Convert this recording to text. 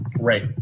right